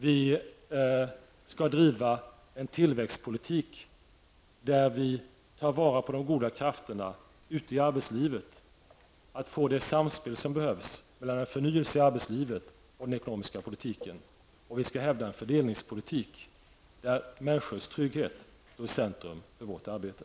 Vi skall driva en tillväxtpolitik, där vi tar vara på de goda krafterna ute i arbetslivet för att få det samspel som behövs mellan en förnyelse i arbetslivet och den ekonomiska politiken. Vidare skall vi hävda en fördelningspolitik, där människors trygghet står i centrum för vårt arbete.